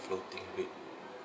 floating rate